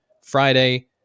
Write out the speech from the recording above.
Friday